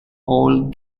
all